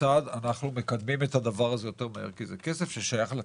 כיצד אנחנו מקדמים את הדבר הזה יותר מהר כי זה כסף ששייך לציבור.